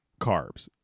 carbs